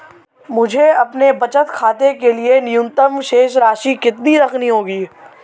मुझे अपने बचत खाते के लिए न्यूनतम शेष राशि कितनी रखनी होगी?